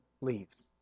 leaves